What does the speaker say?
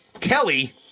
Kelly